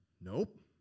Nope